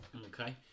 Okay